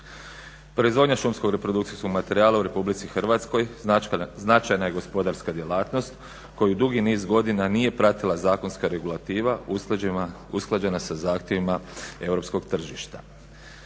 Proizvodnja šumskog reprodukcijskog materijala u Republici Hrvatskoj značajna je gospodarska djelatnost koju dugi niz godina nije pratila zakonska regulativa usklađena sa zahtjevima europskog tržišta.